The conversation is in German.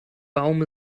baum